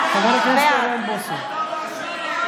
(קוראת בשמות חברי הכנסת)